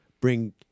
Bring